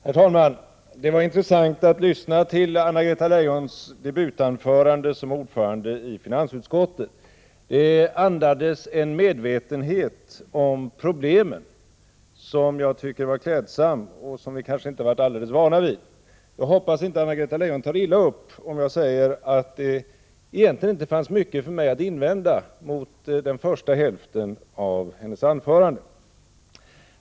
Herr talman! Det var intressant att lyssna till Anna-Greta Leijons debutanförande som ordförande i finansutskottet. Det andades en medvetenhet om problemen som jag tycker var klädsam och som vi kanske inte varit alldeles vana vid. Jag hoppas att Anna-Greta Leijon inte tar illa upp, om jag säger att det egentligen inte fanns mycket för mig att invända mot i den första hälften av hennes anförande.